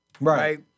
right